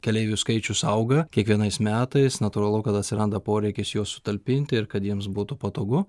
keleivių skaičius auga kiekvienais metais natūralu kad atsiranda poreikis juos sutalpinti ir kad jiems būtų patogu